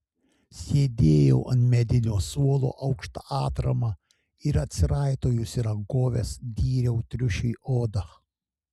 sėdėjau ant medinio suolo aukšta atrama ir atsiraitojusi rankoves dyriau triušiui odą